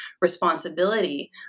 responsibility